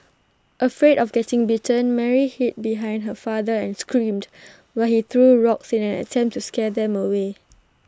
afraid of getting bitten Mary hid behind her father and screamed while he threw rocks in an attempt to scare them away